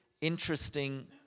interesting